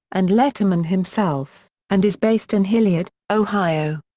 and letterman himself, and is based in hilliard, ohio.